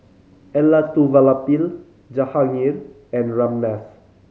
Elattuvalapil Jahangir and Ramnath